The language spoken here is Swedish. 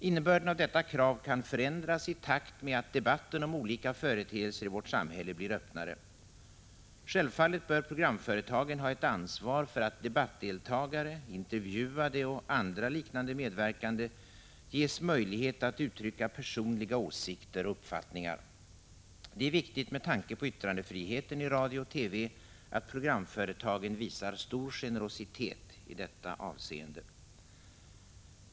Innebörden av detta krav kan förändras i takt med att debatten om olika företeelser i vårt samhälle blir öppnare. Självfallet bör programföretagen ha ett ansvar för att debattdeltagare, intervjuade och andra liknande medverkande ges möjlighet att uttrycka personliga åsikter och uppfattningar. Det är viktigt med tanke på yttrandefriheten i radio och TV att programföretagen visar stor generositet i detta avseende.